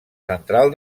central